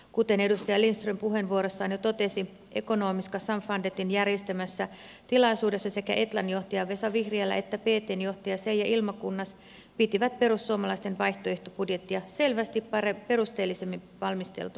kuten edustaja lindström puheenvuorossaan jo totesi ekonomiska samfundetin järjestämässä tilaisuudessa sekä etlan johtaja vesa vihriälä että ptn johtaja seija ilmakunnas pitivät perussuomalaisten vaihtoehtobudjettia selvästi perusteellisimmin valmisteltuna